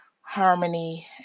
harmony